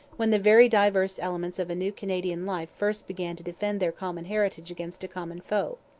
when the very diverse elements of a new canadian life first began to defend their common heritage against a common foe.